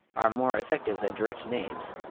are more effective than direct names